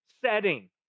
setting